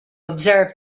observe